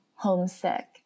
homesick